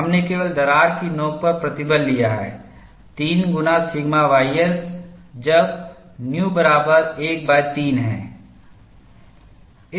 हमने केवल दरार की नोक पर प्रतिबल लिया है 3 गुना सिग्मा ys जब न्यू बराबर 13 है